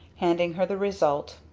handing her the result.